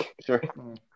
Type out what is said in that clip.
Sure